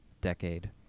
decade